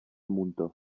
muntó